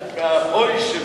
על ה"אוי"